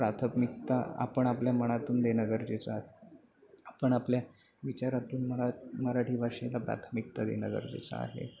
प्राथमिकता आपण आपल्या मनातून देणं गरजेचं आ आपण आपल्या विचारातून मरा मराठी भाषेला प्राथमिकता देणं गरजेचं आहे